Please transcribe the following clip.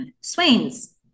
Swains